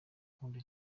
ukunda